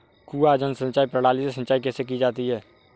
कुआँ जल सिंचाई प्रणाली से सिंचाई कैसे की जाती है?